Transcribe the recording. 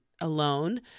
alone